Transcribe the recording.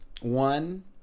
One